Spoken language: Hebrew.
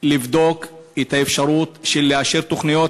לבדוק את האפשרות של אישור התוכניות,